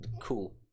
cool